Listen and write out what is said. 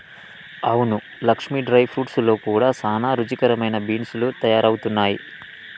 అవును Lakshmi dry fruits లో కూడా సానా రుచికరమైన బీన్స్ లు తయారవుతున్నాయి